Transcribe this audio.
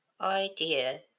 idea